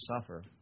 suffer